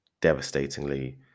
devastatingly